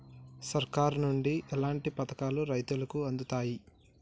సర్కారు నుండి ఎట్లాంటి పథకాలు రైతులకి అందుతయ్?